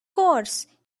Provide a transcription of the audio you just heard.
course